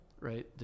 Right